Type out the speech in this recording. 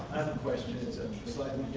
question, it's a slightly